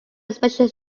expression